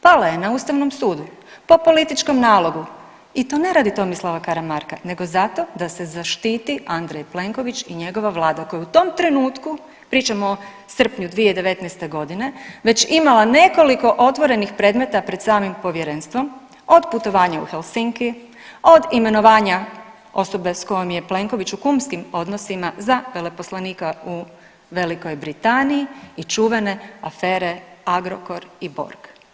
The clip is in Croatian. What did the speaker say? Pala je na Ustavnom sudu po političkom nalogu i to ne radi Tomislava Karamarka nego zato da zaštiti Andrej Plenković i njegova vlada koji u tom trenutku, pričam o srpnju 2019. godine već imala nekoliko otvorenih predmeta pred samim povjerenstvom, od putovanja u Helsinki, od imenovanja osobe s kojom je Plenković u kumskim odnosima za veleposlanika u Velikoj Britaniji i čuvene afere Agrokor i Borg.